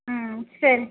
சரி